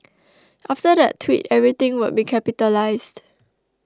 after that tweet everything would be capitalised